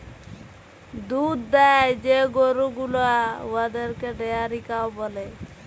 দুহুদ দেয় যে গরু গুলা উয়াদেরকে ডেয়ারি কাউ ব্যলে